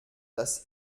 dass